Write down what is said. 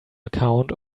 account